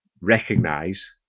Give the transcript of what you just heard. recognize